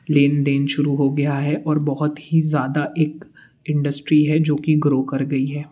लेने देन शुरू हो गया है ओर बहुत ही ज़्यादा एक इंडस्ट्री है जो कि ग्रो कर गई है